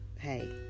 Hey